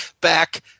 back